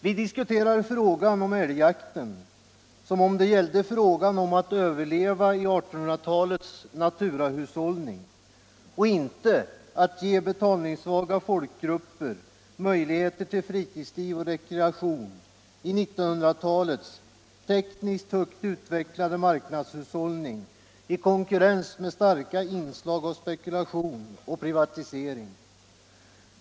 Vi diskuterar frågan om älgjakten som om det gällde att överleva i 1800-talets naturahushållning och inte att ge betalningssvaga folkgrupper möjligheter till fritidsliv och rekreation i 1900-talets tekniskt högt utvecklade marknadshushållning, i konkurrens med starka inslag av spekulation och privatisering.